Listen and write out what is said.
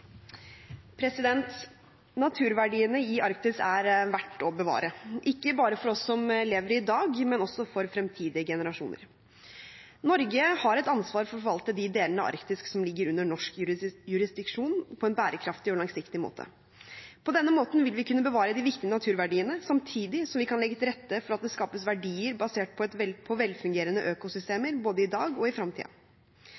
verdt å bevare, ikke bare for oss som lever i dag, men også for fremtidige generasjoner. Norge har et ansvar for å forvalte de delene av Arktis som ligger under norsk jurisdiksjon, på en bærekraftig og langsiktig måte. På denne måten vil vi kunne bevare de viktige naturverdiene, samtidig som vi kan legge til rette for at det skapes verdier basert på